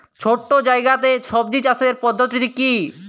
ছোট্ট জায়গাতে সবজি চাষের পদ্ধতিটি কী?